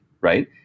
right